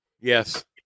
Yes